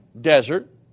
Desert